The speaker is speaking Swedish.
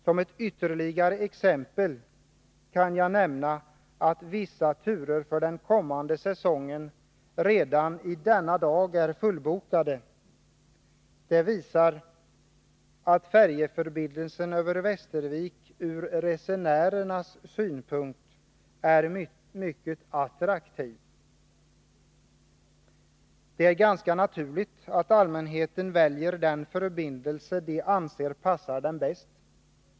Som ett ytterligare exempel kan jag nämna att vissa turer för den kommande säsongen redan denna dag är fullbokade. Det visar att färjeförbindelsen över Västervik ur resenärernas synpunkt är mycket attraktiv. Det är ganska naturligt att allmänheten väljer den förbindelse den anser passar bäst.